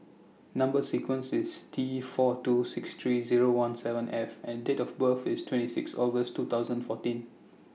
Number sequence IS T four two six three Zero one seven F and Date of birth IS twenty six August two thousand fourteen